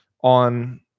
on